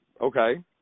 okay